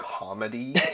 Comedy